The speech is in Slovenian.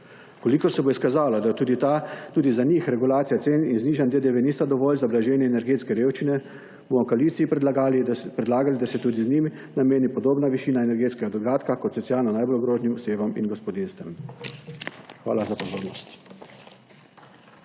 kolikor se bo izkazalo, da je tudi za njih regulacija cen in znižanj DDV nista dovolj za blaženje energetske revščine bomo v koaliciji predlagali, da se tudi njim nameni podobna višina energetskega dodatka kot socialno najbolj ogroženim osebam in gospodinjstvom. Hvala za pozornost.